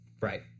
Right